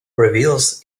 reveals